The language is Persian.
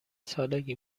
سالگی